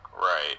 Right